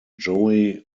joey